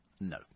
No